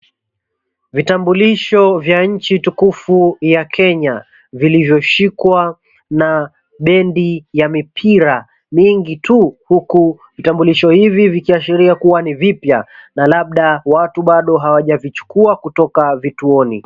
Vitambulisho vya nchi tukufu ya Kenya, vilivyoshikwa na bendi ya mipira mingi tu, huku vitambulisho hivi vikiashiria ni vipya na labda watu bado hawaja vichukuwa kutoka kituoni.